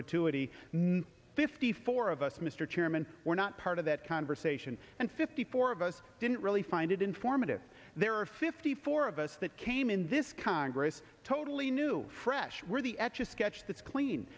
perpetuity fifty four of us mr chairman were not part of that conversation and fifty four of us didn't really find it informative there are fifty four of us that came in this congress totally new fresh we're the etch a sketch that's clean